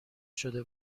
شده